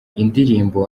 indirimbo